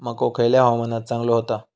मको खयल्या हवामानात चांगलो होता?